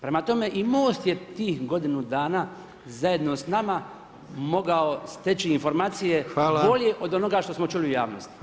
Prema tome i MOST je tih godinu dana zajedno s nama mogao steći informacije bolje od onoga što smo čuli u javnosti.